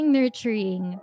nurturing